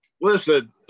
Listen